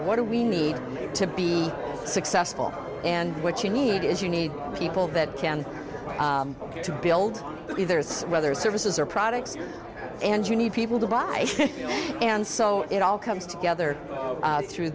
what do we need to be successful and what you need is you need people that can to build if there's weather services or products and you need people to buy and so it all comes together through